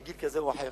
בגיל כזה או אחר,